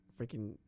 freaking